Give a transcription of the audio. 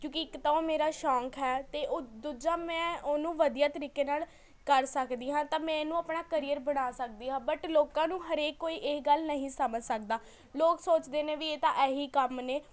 ਕਿਉਂਕਿ ਇੱਕ ਤਾਂ ਓਹ ਮੇਰਾ ਸ਼ੌਂਕ ਹੈ ਅਤੇ ਉਹ ਦੂਜਾ ਮੈਂ ਉਹਨੂੰ ਵਧੀਆ ਤਰੀਕੇ ਨਾਲ ਕਰ ਸਕਦੀ ਹਾਂ ਤਾਂ ਮੈਂ ਇਹਨੂੰ ਅਪਣਾ ਕਰੀਅਰ ਬਣਾ ਸਕਦੀ ਹਾਂ ਬਟ ਲੋਕਾਂ ਨੂੰ ਹਰੇਕ ਕੋਈ ਇਹ ਗੱਲ ਨਹੀਂ ਸਮਝ ਸਕਦਾ ਲੋਕ ਸੋਚਦੇ ਨੇ ਵੀ ਇਹ ਤਾਂ ਇਹੀ ਕੰਮ ਨੇ